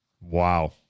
Wow